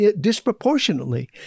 disproportionately